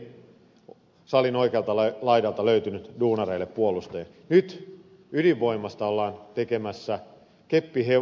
silloin ei salin oikealta laidalta löytynyt duunareille puolustajia edes ylivoimasta ollaan tekemässä keppihel